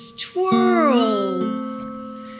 twirls